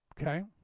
okay